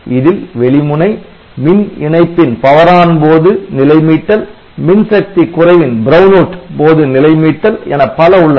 இதில் வெளி முனை மின் இணைப்பின் போது நிலை மீட்டல் மின் சக்தி குறைவின் போது நிலை மீட்டல் என பல உள்ளன